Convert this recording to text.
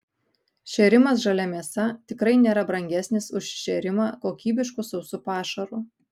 šėrimas žalia mėsa tikrai nėra brangesnis už šėrimą kokybišku sausu pašaru